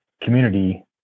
community